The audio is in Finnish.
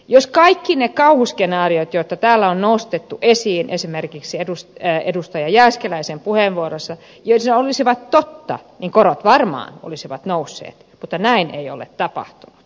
jos kaikki ne kauhuskenaariot joita täällä on nostettu esiin esimerkiksi edustaja jääskeläisen puheenvuorossa olisivat totta niin korot varmaan olisivat nousseet mutta näin ei ole tapahtunut